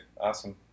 Awesome